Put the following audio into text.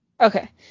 okay